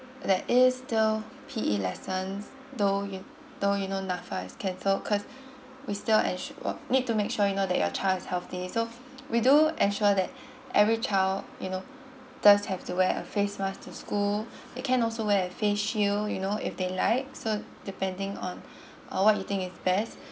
there is still P_E lessons though you though you know nafa is cancelled cause we still ens~ what need to make sure you know that your child is healthy so we do ensure that every child you know does have to wear a face mask to school they can also wear a face shield you know if they like so depending on on what you think is best